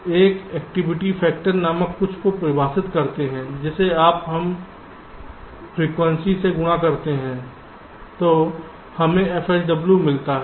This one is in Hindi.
तो हम एक एक्टिविटी फैक्टर नामक कुछ को परिभाषित करते हैं जिसे अगर हम फ्रीक्वेंसी से गुणा करते हैं तो हमें fSW मिलता है